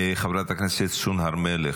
להגיד רק משפט אחד, חברת הכנסת סון הר מלך.